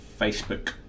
Facebook